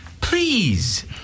Please